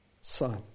Son